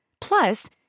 Plus